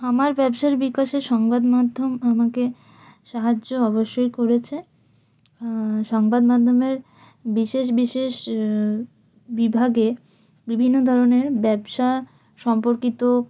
আমার ব্যবসার বিকাশে সংবাদমাধ্যম আমাকে সাহায্য অবশ্যই করেছে সংবাদমাধ্যমের বিশেষ বিশেষ বিভাগে বিভিন্ন ধরনের ব্যবসা সম্পর্কিত